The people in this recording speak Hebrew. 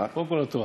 קודם כול, התורה.